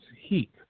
heat